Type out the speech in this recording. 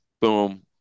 Boom